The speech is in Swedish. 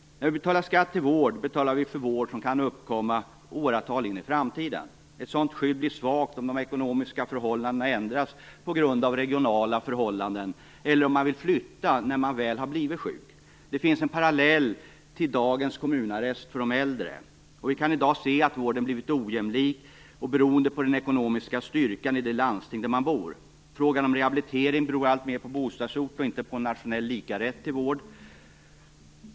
När vi betalar skatt till vård betalar vi för ett behov som kan uppkomma årtal in i framtiden. Ett sådant skydd blir svagt om de ekonomiska förhållandena ändras på grund av regionala förhållanden eller om man vill flytta när man väl blivit sjuk. Det finns en parallell i dagens "kommunarrest" för de äldre. Vi kan i dag se att vården blivit ojämlik och beroende på den ekonomiska styrkan det landsting har där man bor. Frågan om rehabilitering beror alltmer på bostadsort och inte på en nationell lika rätt till vård.